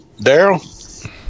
Daryl